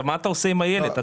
מה אתה עושה עם הילד?